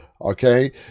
Okay